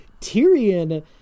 Tyrion